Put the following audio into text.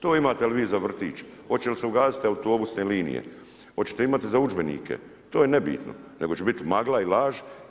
To imate li vi za vrtić, hoće li se ugasiti autobusne linije, hoćete imati za udžbenike to je nebitno, nego će biti magla i laž.